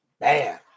Man